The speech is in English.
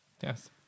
Yes